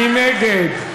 מי נגד?